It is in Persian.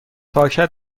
پاکت